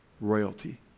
Royalty